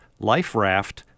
liferaft